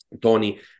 Tony